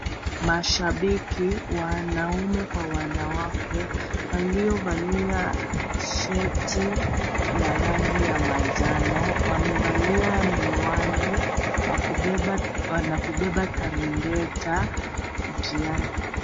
Mashabiki wanaume Kwa wanawake waliovalia shati ya rangi ya manjano, wamevalia miwani na kubeba tarumbeta njiani.